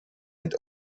and